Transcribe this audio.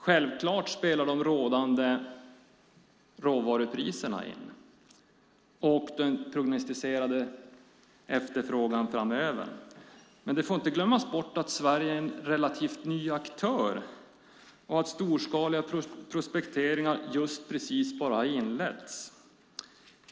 Självklart spelar de rådande råvarupriserna in och den prognostiserade efterfrågan framöver. Men det får inte glömmas bort att Sverige är en relativt ny aktör och att storskaliga prospekteringar just precis bara har inletts.